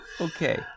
okay